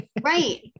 Right